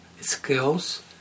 skills